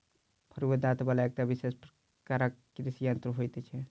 फरूआ दाँत बला एकटा विशेष प्रकारक कृषि यंत्र होइत छै